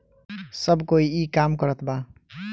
सब कोई ई काम करत बा